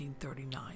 1939